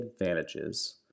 advantages